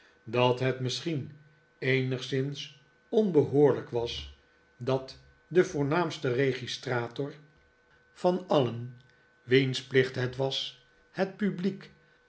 dat het misschien eenigszins onbehoorlijk was dat de voornaamste registrator van weer een invitatie alien wiens plicht het was het publiek